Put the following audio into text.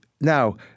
now